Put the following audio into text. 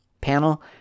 panel